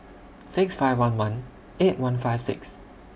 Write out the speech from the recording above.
six five one one eight one five six